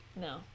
No